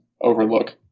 overlook